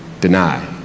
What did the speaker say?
deny